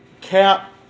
cap